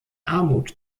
armut